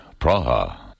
Praha